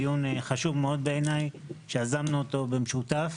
דיון חשוב מאוד בעיניי שיזמנו אותו במשותף.